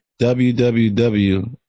www